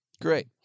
Great